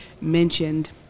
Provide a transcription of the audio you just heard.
mentioned